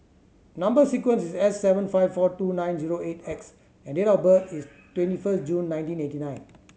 number sequence is S seven five four two nine zero eight X and date of birth is twenty first June nineteen eighty nine